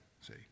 see